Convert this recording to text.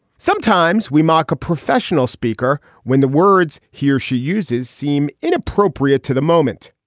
sometimes we mock a professional speaker when the words he or she uses seem inappropriate to the moment.